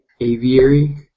Aviary